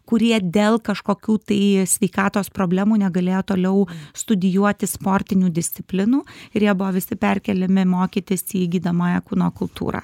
kurie dėl kažkokių tai sveikatos problemų negalėjo toliau studijuoti sportinių disciplinų ir jie buvo visi perkeliami mokytis į gydomąją kūno kultūrą